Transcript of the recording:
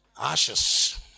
Ashes